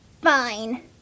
Fine